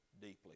deeply